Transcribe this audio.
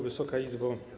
Wysoka Izbo!